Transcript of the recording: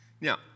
Now